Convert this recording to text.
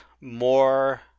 more